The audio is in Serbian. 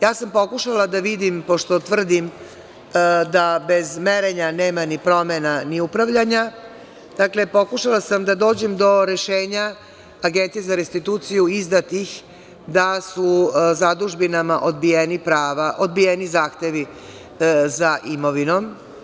Ja sam pokušala da vidim, pošto tvrdim da bez merenja nema ni promena ni upravljanja, dakle, pokušala sam da dođem do rešenja Agencije za restituciju izdatih da su zadužbinama odbijeni zahtevi za imovinom.